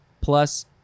plus